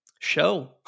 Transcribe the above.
show